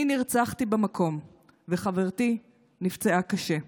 אני נרצחתי במקום וחברתי נפצעה קשה.